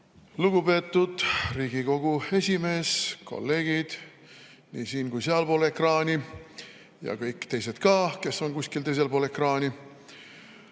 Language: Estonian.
Lugupeetud Riigikogu esimees! Kolleegid nii siin‑ kui ka sealpool ekraani! Ja kõik teised ka, kes on kuskil teisel pool ekraani!